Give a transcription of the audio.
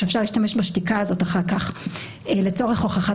שאפשר להשתמש בשתיקה הזאת אחר כך לצורך הוכחת